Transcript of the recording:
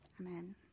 Amen